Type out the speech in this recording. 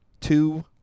two